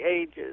ages